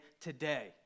today